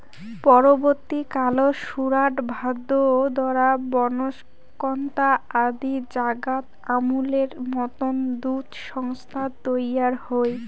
পরবর্তী কালত সুরাট, ভাদোদরা, বনস্কন্থা আদি জাগাত আমূলের মতন দুধ সংস্থা তৈয়ার হই